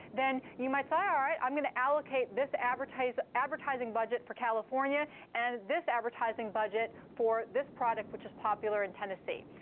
then you might say, all right. i'm going to allocate this advertising advertising budget for california and this advertising budget for this product which is popular in tennessee.